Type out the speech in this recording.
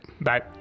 Bye